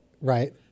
Right